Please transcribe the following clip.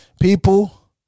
people